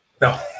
No